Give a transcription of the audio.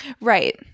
Right